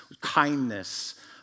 kindness